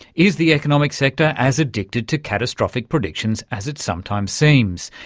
is the economic sector as addicted to catastrophic predictions as it sometime seems?